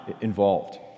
involved